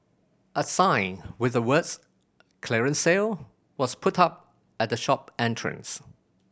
a sign with the words clearance sale was put up at the shop entrance